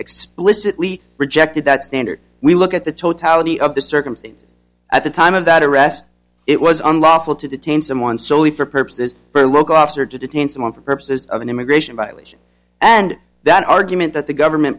explicitly rejected that standard we look at the totality of the circumstances at the time of that arrest it was unlawful to detain someone solely for purposes for local office or to detain someone for purposes of an immigration violation and that argument that the government